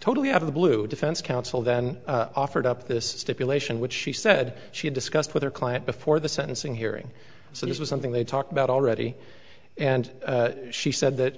totally out of the blue defense counsel then offered up this stipulation which she said she discussed with her client before the sentencing hearing so this was something they talked about already and she said that